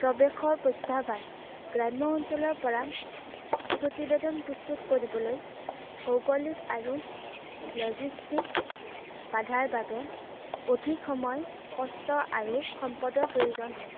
প্ৰৱেশৰ প্ৰত্যাহ্বান গ্ৰাম্য অঞ্চলৰ পৰা প্ৰতিবেদন প্ৰস্তুত কৰিবলৈ ভৌগলিক আৰু লজিষ্টিক বাধাৰ বাবে অধিক সময় কষ্ট আৰু সম্পদৰ প্ৰয়োজন হয়